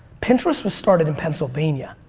pinterest was started in pennsylvania.